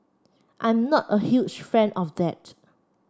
I'm not a huge fan of that